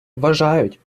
вважають